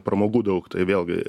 pramogų daug tai vėlgi